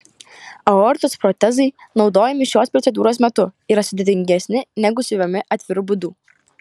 aortos protezai naudojami šios procedūros metu yra sudėtingesni negu siuvami atviru būdu